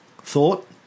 thought